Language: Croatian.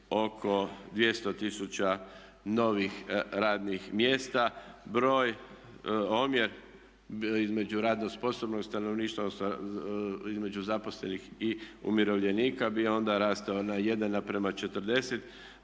oko 200 tisuća novih radnih mjesta. Broj, omjer između radno sposobnog stanovništva između zaposlenih i umirovljenika bi onda rastao na 1:40,